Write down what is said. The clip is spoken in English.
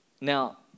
Now